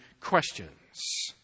questions